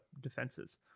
defenses